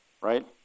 right